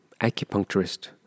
acupuncturist